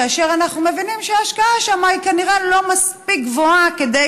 כאשר אנחנו מבינים שההשקעה היא כנראה לא מספיק גבוהה כדי